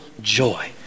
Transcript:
joy